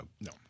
No